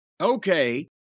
Okay